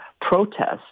protests